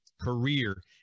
career